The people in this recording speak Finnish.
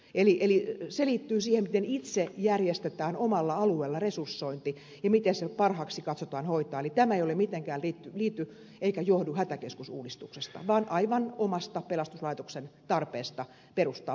eli se liittyy siihen miten itse järjestetään omalla alueella resursointi ja miten se parhaaksi katsotaan hoitaa eli tämä ei mitenkään liity eikä johdu hätäkeskusuudistuksesta vaan kysymys on aivan omasta pelastuslaitoksen tarpeesta perustaa